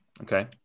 okay